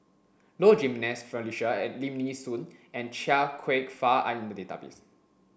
Low Jimenez Felicia Lim Nee Soon and Chia Kwek Fah are in the database